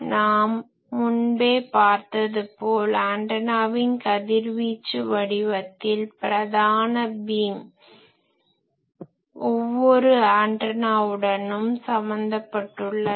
நாம் முன்பே பார்த்தது போல் ஆன்டனாவின் கதிர்வீச்சு வடிவத்தில் பிரதான பீம் main beam பிரதான ஒளிக் கற்றை ஒவ்வொரு ஆன்டனாவுடனும் சம்மந்தப்பட்டுள்ளது